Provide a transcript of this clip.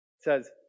says